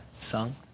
song